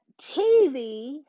tv